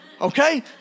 Okay